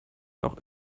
noch